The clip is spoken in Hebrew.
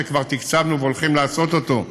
שכבר תקצבנו והולכים לעשות אותו,